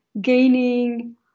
gaining